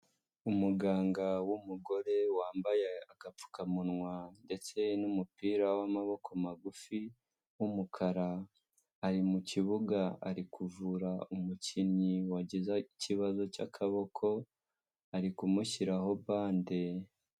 Umuganga w'umugore wambaye agapfukamunwa ndetse n'umupira w'amaboko magufi w'umukara, ari mu kibuga ari kuvura umukinnyi wagize ikibazo cy'akaboko, ari kumushyiraho bande.